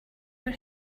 were